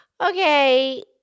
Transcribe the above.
okay